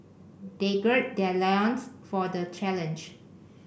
they gird their loins for the challenge